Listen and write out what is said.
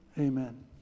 Amen